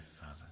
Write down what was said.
Father